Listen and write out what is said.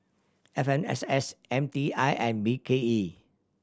F M S S M T I and B K E